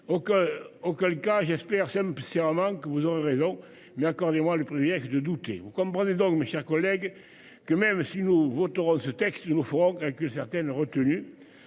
Auquel cas j'espère c'est un psy en manque. Vous aurez raison mais accordez-moi le privilège de douter. Vous comprenez donc mes chers collègues, que même si nous voterons ce texte nous ferons avec une certaine retenue.